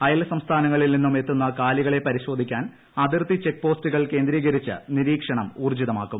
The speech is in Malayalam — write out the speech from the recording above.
അയൽ സംസ്ഥാനങ്ങളിൽ നിന്നും എത്തുന്ന കാലികളെ പരിശോധിക്കാൻ അതിർത്തി ചെക്ക്പോസ്റ്റുകൾ കേന്ദ്രീകരിച്ചു നിരീക്ഷണം ഊർജിതമാക്കും